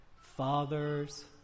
fathers